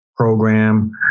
Program